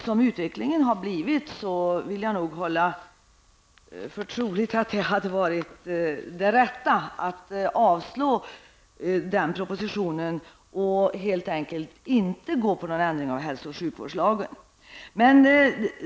Som utvecklingen har blivit vill jag nog hålla för troligt att det rätta hade varit att avslå propositionen och helt enkelt inte göra någon ändring av hälso och sjukvårdslagen.